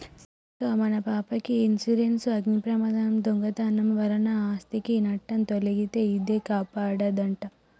సీతక్క మన పాపకి ఇన్సురెన్సు అగ్ని ప్రమాదం, దొంగతనం వలన ఆస్ధికి నట్టం తొలగితే ఇదే కాపాడదంట